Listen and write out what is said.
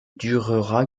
durera